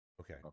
okay